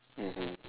mmhmm